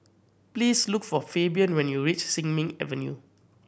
please look for Fabian when you reach Sin Ming Avenue